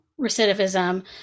recidivism